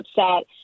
upset